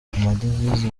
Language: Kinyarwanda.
amadevize